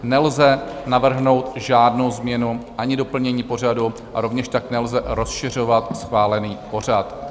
Nelze navrhnout žádnou změnu ani doplnění pořadu a rovněž tak nelze rozšiřovat schválený pořad.